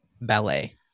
ballet